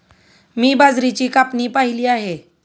मी बाजरीची कापणी पाहिली आहे